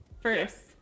First